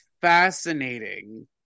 fascinating